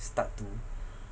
start to